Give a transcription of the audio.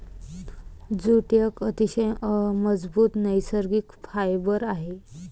jute एक अतिशय मजबूत नैसर्गिक फायबर आहे